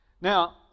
now